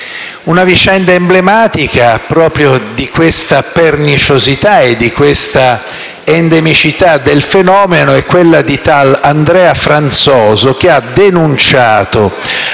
Una vicenda emblematica proprio di questa perniciosità e di questa endemicità del fenomeno è quella di tale Andrea Franzoso, che ha denunciato,